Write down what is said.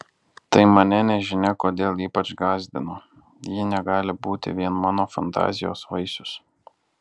tai mane nežinia kodėl ypač gąsdino ji negali būti vien mano fantazijos vaisius